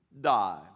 die